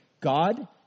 God